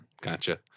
Gotcha